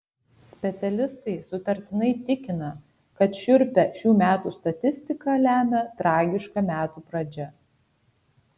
specialistai sutartinai tikina kad šiurpią šių metų statistiką lemia tragiška metų pradžia